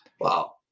Wow